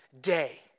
day